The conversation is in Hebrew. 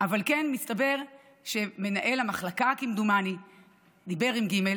אבל כן, מסתבר שמנהל המחלקה כמדומני דיבר עם ג'